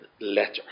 letter